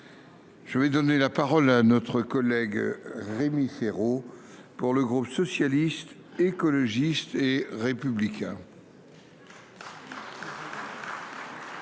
Je vais donner la parole à notre collègue Rémi Serrault pour le groupe socialiste, écologiste et républicain.